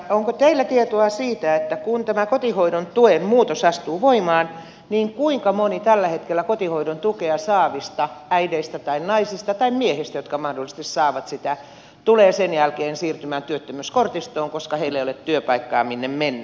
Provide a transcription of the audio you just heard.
onko teillä tietoa siitä että kun tämä kotihoidon tuen muutos astuu voimaan kuinka moni tällä hetkellä kotihoidon tukea saavista äideistä tai naisista tai miehistä jotka mahdollisesti saavat sitä tulee sen jälkeen siirtymään työttömyyskortistoon koska heillä ei ole työpaikkaa minne mennä